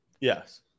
Yes